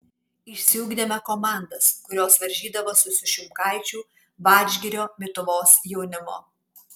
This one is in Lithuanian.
išsiugdėme komandas kurios varžydavosi su šimkaičių vadžgirio mituvos jaunimu